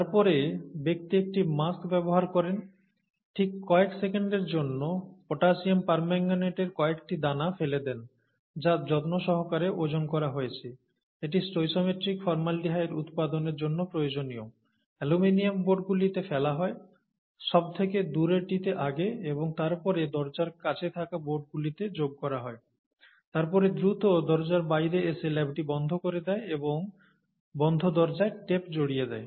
তারপরে ব্যক্তি একটি মাস্ক ব্যবহার করেন ঠিক কয়েক সেকেন্ডের জন্য পটাসিয়াম পারম্যাঙ্গনেটের কয়েকটি দানা ফেলে দেন যা যত্নসহকারে ওজন করা হয়েছে এটি স্টোচিওমেট্রিক ফর্মালডিহাইড উৎপাদনের জন্য প্রয়োজনীয় অ্যালুমিনিয়াম বোর্ডগুলিতে ফেলা হয় সবথেকে দূরেরটিতে আগে এবং তারপর দরজার কাছে থাকা বোর্ডগুলিতে যোগ করা হয় তারপরে দ্রুত দরজার বাইরে এসে ল্যাবটি বন্ধ করে দেয় এবং বন্ধ দরজায় টেপ জড়িয়ে দেয়